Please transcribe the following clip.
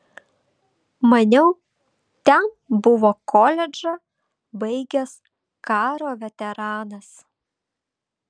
maniau ten buvo koledžą baigęs karo veteranas